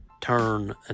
turn